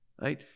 right